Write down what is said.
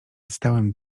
stałem